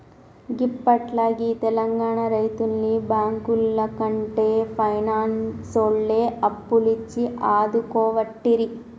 గిప్పట్ల గీ తెలంగాణ రైతుల్ని బాంకులకంటే పైనాన్సోల్లే అప్పులిచ్చి ఆదుకోవట్టిరి